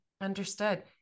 Understood